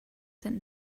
sent